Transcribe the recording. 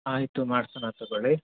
ಹಾಂ ಆಯಿತು ಮಾಡಿಸೋಣ ತಗೊಳ್ಳಿ